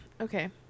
okay